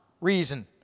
reason